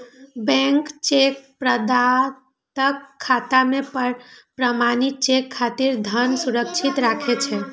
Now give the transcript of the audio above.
bank cheque प्रदाताक खाता मे प्रमाणित चेक खातिर धन सुरक्षित राखै छै